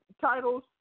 titles